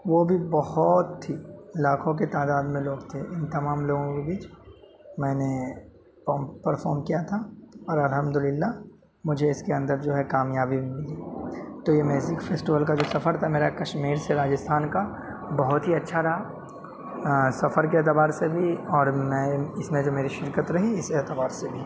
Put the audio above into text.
وہ بھی بہت ہی لاکھوں کی تعداد میں لوگ تھے ان تمام لوگوں کے بیچ میں نے پرفام کیا تھا اور الحمد للہ مجھے اس کے اندر جو ہے کامیابی بھی ملی تو یہ فیسٹول کا جو سفر تھا میرا کشمیر سے راجستھان کا بہت ہی اچھا رہا سفر کے اعتبار سے بھی اور میں اس میں جو میری شرکت رہی اس اعتبار سے بھی